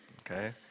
Okay